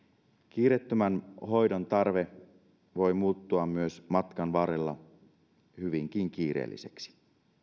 kiireettömän hoidon tarve voi muuttua myös matkan varrella hyvinkin kiireelliseksi